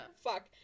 fuck